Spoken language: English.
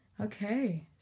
Okay